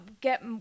get